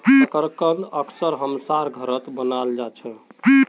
शकरकंद अक्सर हमसार घरत बनाल जा छे